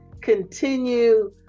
continue